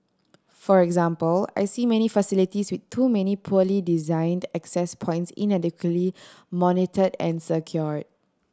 for example I see many facilities with too many poorly designed access points inadequately monitored and secured